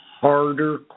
harder